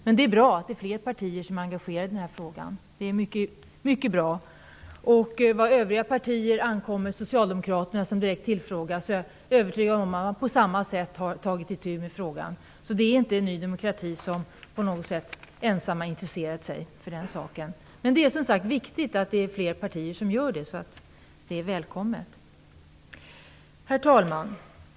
Det är mycket bra att fler partier är engagerade i den här frågan. Jag är övertygad om att de övriga partierna, inklusive Socialdemokraterna som direkt har tillfrågats, har tagit itu med frågan. Ny demokrati har inte varit ensamt om att intressera sig för saken. Men det är välkommet, eftersom det är viktigt att fler partier visar intresse. Herr talman!